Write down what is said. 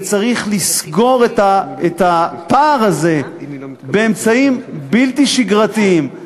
וצריך לסגור את הפער הזה באמצעים בלתי שגרתיים,